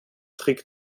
trick